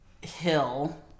Hill